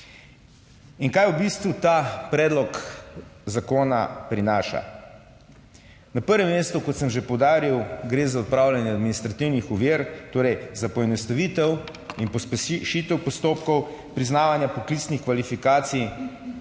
In kaj v bistvu ta predlog zakona prinaša? Na prvem mestu, kot sem že poudaril, gre za odpravljanje administrativnih ovir, torej za poenostavitev in pospešitev postopkov priznavanja poklicnih kvalifikacij.